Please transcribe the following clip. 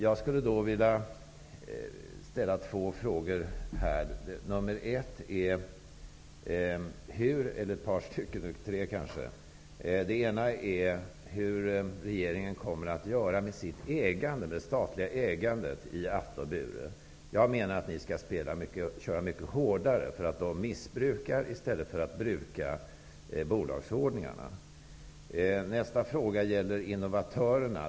Jag skulle vilja ställa ett par frågor. Vad kommer regeringen att göra med det statliga ägandet i Atle och Bure? Jag menar att ni skall köra mycket hårdare. Det är fråga om missbruk i stället för bruk av bolagsordningarna. Min nästa fråga gäller innovatörerna.